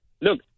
Look